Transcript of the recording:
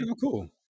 cool